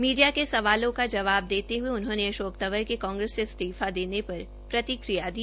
media के सवालों का जवाब देते हये उन्होंने अशोक तंवर के कांग्रेस से इस्तीफे पर भी प्रतिक्रिया दी